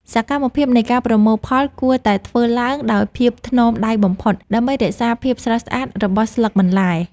សកម្មភាពនៃការប្រមូលផលគួរតែធ្វើឡើងដោយភាពថ្នមដៃបំផុត ដើម្បីរក្សាភាពស្រស់ស្អាតរបស់ស្លឹកបន្លែ។